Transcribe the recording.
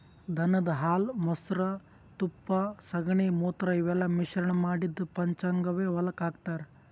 ದನದ್ ಹಾಲ್ ಮೊಸ್ರಾ ತುಪ್ಪ ಸಗಣಿ ಮೂತ್ರ ಇವೆಲ್ಲಾ ಮಿಶ್ರಣ್ ಮಾಡಿದ್ದ್ ಪಂಚಗವ್ಯ ಹೊಲಕ್ಕ್ ಹಾಕ್ತಾರ್